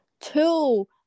two